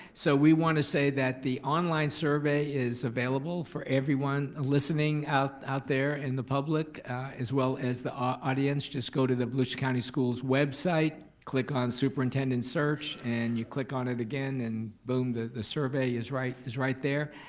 so we want to say that the online survey is available for everyone listening out out there in the public as well as the ah audience, just go to the volusia county schools website, click on superintendent search, and you click on it again and boom, the the survey is right is right there.